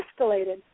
escalated